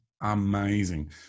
amazing